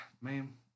Ma'am